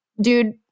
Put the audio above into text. dude